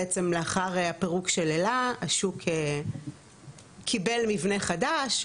בעצם לאחר הפירוק של אל"ה השוק קיבל מבנה חדש.